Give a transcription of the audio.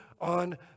on